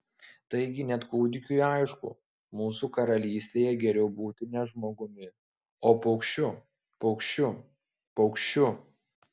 taigi net kūdikiui aišku mūsų karalystėje geriau būti ne žmogumi o paukščiu paukščiu paukščiu